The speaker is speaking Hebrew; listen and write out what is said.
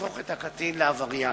ותהפוך את הקטין לעבריין.